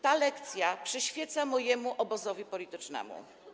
Ta lekcja przyświeca mojemu obozowi politycznemu.